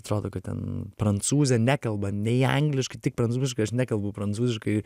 atrodo kad ten prancūzė nekalba nei angliškai tik prancūziškai aš nekalbu prancūziškai